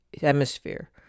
hemisphere